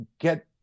get